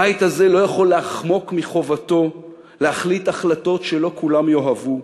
הבית הזה לא יכול לחמוק מחובתו להחליט החלטות שלא כולם יאהבו.